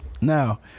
Now